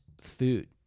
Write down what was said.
food